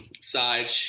side